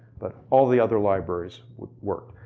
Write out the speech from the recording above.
but all the other libraries would work.